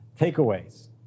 Takeaways